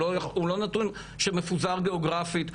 הוא לא נתון שמפוזר גיאוגרפית,